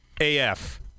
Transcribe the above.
AF